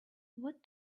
what